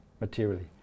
materially